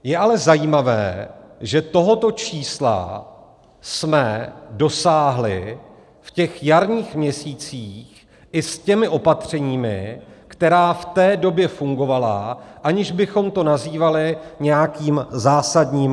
Je ale zajímavé, že tohoto čísla jsme dosáhli v těch jarních měsících i s těmi opatřeními, která v té době fungovala, aniž bychom to nazývali nějakým zásadním lockdownem.